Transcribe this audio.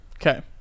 Okay